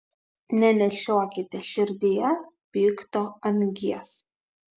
nenešiokite širdyje pikto angies